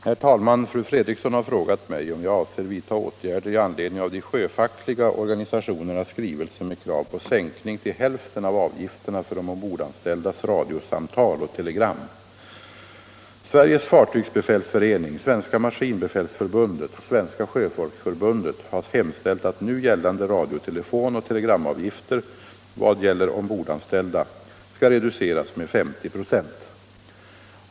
Herr talman! Fru Fredrikson har frågat mig om jag avser vidta åtgärder i anledning av de sjöfackliga organisationernas skrivelse med krav på sänkning till hälften av avgifterna för de ombordanställdas radiosamtal och telegram. Sveriges fartygsbefälsförening, Svenska maskinbefälsförbundet och Svenska sjöfolksförbundet har hemställt att nu gällande radiotelefonoch telegramavgifter i vad gäller ombordanställda skall reduceras med 50 "5.